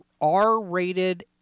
R-rated